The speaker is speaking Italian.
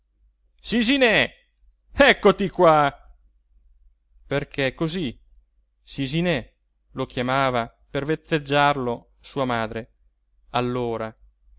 braccia sisiné eccoti qua perché cosí sisiné lo chiamava per vezzeggiarlo sua madre allora